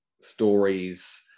stories